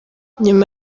nyuma